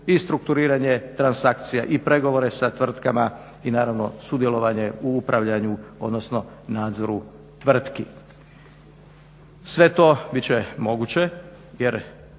i strukturiranje transakcija i pregovore sa tvrtkama i naravno sudjelovanje u upravljanju, odnosno nadzoru tvrtki. Sve to bit će moguće jer